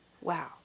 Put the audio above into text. Wow